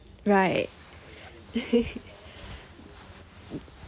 right